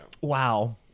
Wow